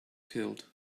killed